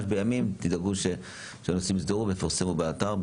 תדאגו שבימים הקרובים הנושאים יוסדרו ויפורסמו באתר,